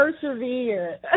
persevere